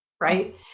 right